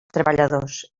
treballadors